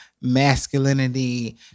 Masculinity